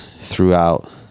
throughout